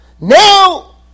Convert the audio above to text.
Now